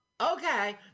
okay